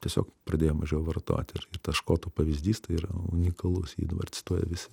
tiesiog pradėjo mažiau vartoti ir tas škotų pavyzdys tai yra unikalus jį dabar cituoja visi